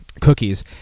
cookies